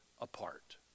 apart